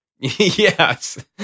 Yes